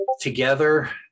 together